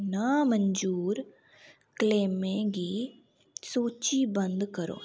नामंजूर क्लेमें गी सूचीबंद करो